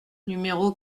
numéro